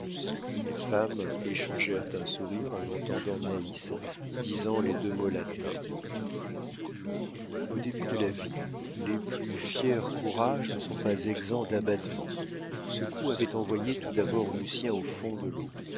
les femmes échangèrent un sourire en entendant naïs disant les deux mots latins au début de la vie les plus fiers courages ne sont pas exempts d'abattement ce coup avait envoyé tout d'abord lucien au fond de l'eau